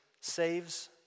saves